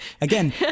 Again